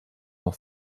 noch